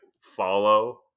follow